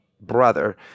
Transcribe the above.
brother